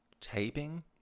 taping